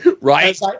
Right